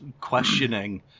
questioning